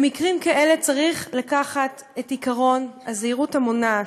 במקרים כאלה צריך לקחת את עקרון הזהירות המונעת.